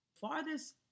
farthest